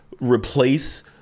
replace